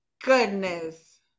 goodness